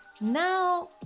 Now